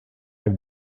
have